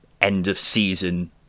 end-of-season